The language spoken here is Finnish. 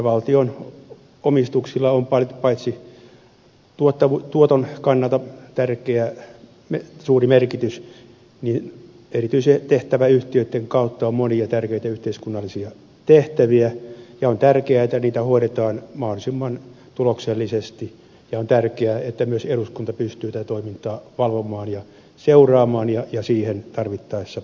valtion omistuksilla on paitsi tuoton kannalta tärkeä suuri merkitys myös erityistehtäväyhtiöitten kautta monia tärkeitä yhteiskunnallisia tehtäviä ja on tärkeää että niitä hoidetaan mahdollisimman tuloksellisesti ja myös eduskunta pystyy tätä toimintaa valvomaan ja seuraamaan ja siihen tarvittaessa puuttumaan